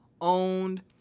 owned